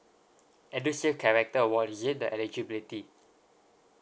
edusave character award is it the eligibility